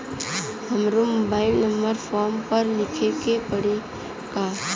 हमरो mobile number form पर लिखे के पड़ी का?